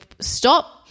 stop